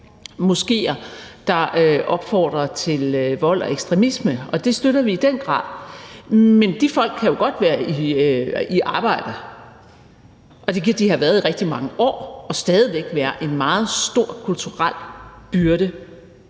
moskéer, der opfordrer til vold og ekstremisme, og det støtter vi i den grad, men de folk kan jo godt være i arbejde, og det kan de have været i rigtig mange år og stadig væk være en meget stor kulturel byrde